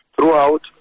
throughout